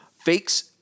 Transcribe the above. Fakes